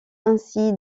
ainsi